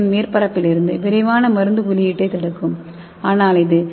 களின் மேற்பரப்பில் இருந்து விரைவான மருந்து வெளியீட்டைத் தடுக்கும்ஆனால் இது